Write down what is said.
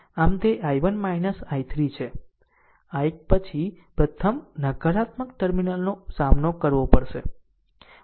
આમ તે I1 I3 છે આ એક પછી પ્રથમ નકારાત્મક ટર્મિનલનો સામનો કરવો પડશે 12 0